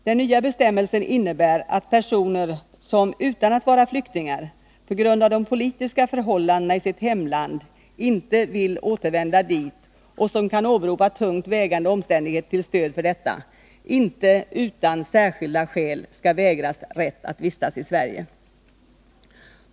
Den nya bestämmelsen innebär att personer som, utan att vara flyktingar, på grund av de politiska förhållandena i sitt hemland inte vill återvända dit och som kan åberopa tungt vägande omständigheter till stöd för detta, inte utan särskilda skäl skall vägras rätt att vistas i Sverige.